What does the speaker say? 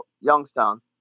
Youngstown